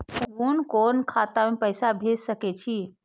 कुन कोण खाता में पैसा भेज सके छी?